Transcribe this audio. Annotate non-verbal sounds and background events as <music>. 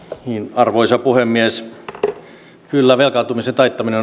arvoisa puhemies kyllä velkaantumisen taittaminen <unintelligible>